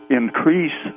increase